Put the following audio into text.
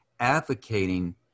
advocating